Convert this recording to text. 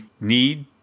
need